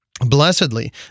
Blessedly